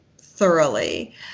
thoroughly